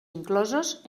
inclosos